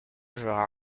changera